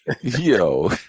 Yo